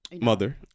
mother